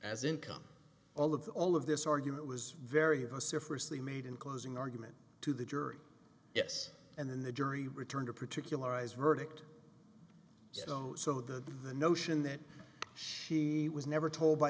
as income all of all of this argument was very vociferously made in closing argument to the jury yes and then the jury returned to particularize verdict so the notion that she was never told by